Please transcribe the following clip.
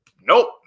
Nope